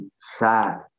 sad